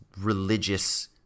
religious